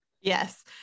Yes